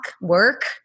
work